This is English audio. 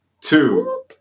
Two